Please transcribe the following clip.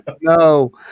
no